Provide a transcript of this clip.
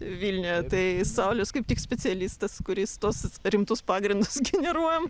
vilniuje tai saulius kaip tik specialistas kuris tuos rimtus pagrindus generuojam